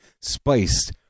spiced